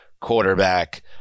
quarterback